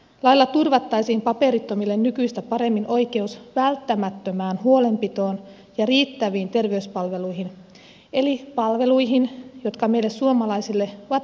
lailla turvattaisiin paperittomille nykyistä paremmin oikeus välttämättömään huolenpitoon ja riittäviin terveyspalveluihin eli palveluihin jotka meille suomalaisille ovat itsestäänselvyyksiä